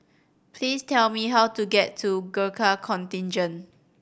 please tell me how to get to Gurkha Contingent